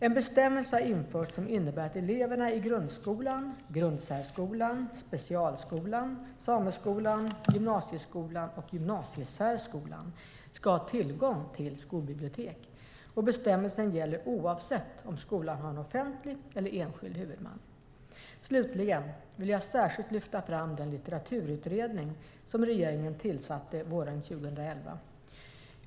En bestämmelse har införts som innebär att eleverna i grundskolan, grundsärskolan, specialskolan, sameskolan, gymnasieskolan och gymnasiesärskolan ska ha tillgång till skolbibliotek. Bestämmelsen gäller oavsett om skolan har offentlig eller enskild huvudman. Slutligen vill jag särskilt lyfta fram den litteraturutredning som regeringen tillsatte våren 2011.